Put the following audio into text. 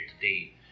today